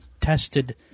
tested